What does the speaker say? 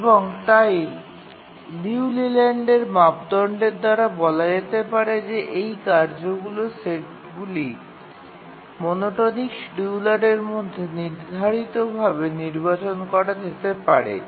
এবং তাই লিউ লেল্যান্ডের মাপদণ্ডের দ্বারা বলা যেতে পারে যে এই কার্যগুলি সেটগুলি মনোটনিক শিডিয়ুলারের মধ্যে নির্ধারিতভাবে নির্বাচন করা যেতে পারে